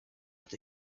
with